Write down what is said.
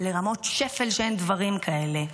לרמות שפל שאין דברים כאלה.